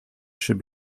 should